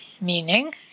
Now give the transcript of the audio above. meaning